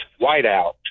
Whiteout